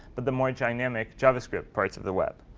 but the more dynamic javascript parts of the web.